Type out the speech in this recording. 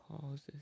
causes